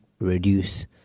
reduce